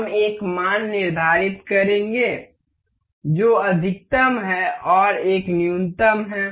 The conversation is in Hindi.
हम एक मान निर्धारित करेंगे जो अधिकतम है और एक न्यूनतम है